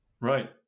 Right